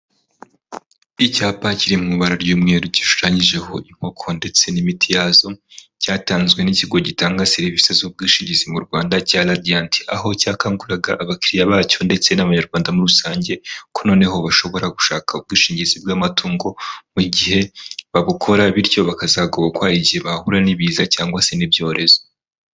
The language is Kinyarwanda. Icyapa kiri mu ibara ry'umweru gishushanyijeho inkoko ndetse n'imiti yazo, cyatanzwe n'ikigo gitanga serivisi z'ubwishingizi mu Rwanda cya Radiyanti. Aho cyakanguriraga abakiriya bacyo ndetse n'abanyarwanda muri rusange, ko noneho bashobora gushaka ubwishingizi bw'amatungo mu gihe babukora, bityo bakazagobokwa igihe bahura n'ibiza cyangwa se n'ibyorezo.